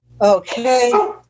okay